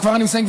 וכבר אני מסיים,